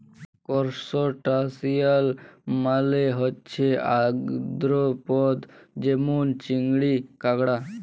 করসটাশিয়াল মালে হছে আর্থ্রপড যেমল চিংড়ি, কাঁকড়া